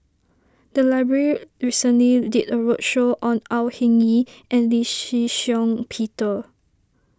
the library recently did a roadshow on Au Hing Yee and Lee Shih Shiong Peter